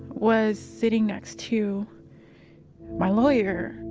was sitting next to my lawyer.